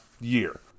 year